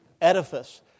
edifice